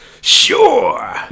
Sure